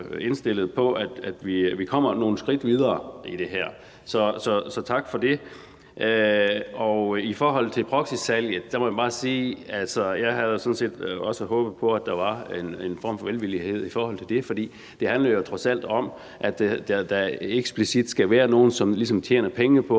på, at vi kommer nogle skridt videre i det her. Så tak for det. I forhold til proxysalget må jeg bare sige, at jeg sådan set også havde håbet på, at der var en form for velvillighed i forhold til det. For det handler jo trods alt om, at der eksplicit skal være nogen, som ligesom tjener penge på